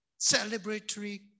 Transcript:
celebratory